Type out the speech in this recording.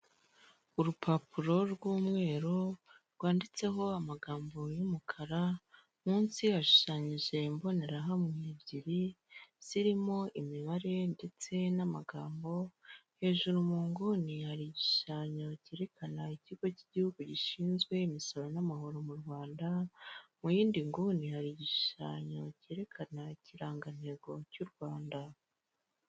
Urupapuro rw'umweru rwanditseho amagambo y'umukara munsi hashushanyije imbonerahamwe ebyiri zirimo imibare ndetse n'amagambo, hejuru mu nguni hari igishushanshanyo kerekana ikigo k'igihugu gishinzwe imisoro n'amahoro mu Rwanda, mu yindi nguni hari igishushanyo kerekana ikirangantego cy'u Rwanda.